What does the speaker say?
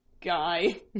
guy